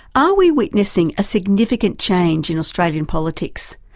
are we witnessing a significant change in australian politics?